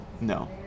No